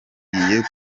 ngiye